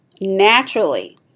naturally